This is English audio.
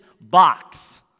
box